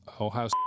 Ohio